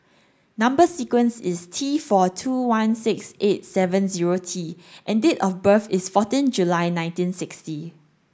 number sequence is T four two one six eight seven zero T and date of birth is fourteen July nineteen sixty